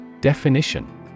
Definition